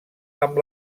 amb